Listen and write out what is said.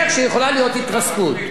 גפני, תחסוך לנו את זה.